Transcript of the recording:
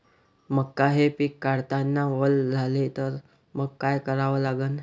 मका हे पिक काढतांना वल झाले तर मंग काय करावं लागन?